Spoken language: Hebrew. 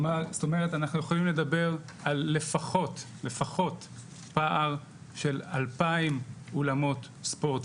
זאת אומרת יכולים לדבר על לפחות פער של 2,000 אולמות ספורט,